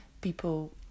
people